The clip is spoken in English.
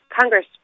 Congress